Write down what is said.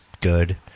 good